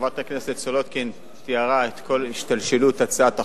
חברת הכנסת סולודקין תיארה את כל השתלשלות הצעת החוק.